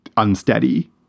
Unsteady